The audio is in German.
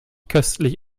köstlich